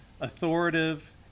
authoritative